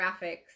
graphics